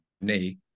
knee